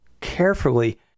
carefully